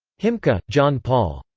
himka, john-paul.